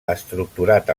estructurat